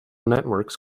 networks